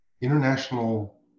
international